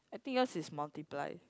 I think yours is multiply